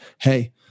Hey